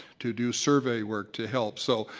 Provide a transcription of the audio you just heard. to to survey work to help. so